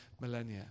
millennia